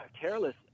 careless